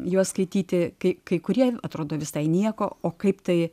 juos skaityti kai kai kurie atrodo visai nieko o kaip tai